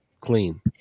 clean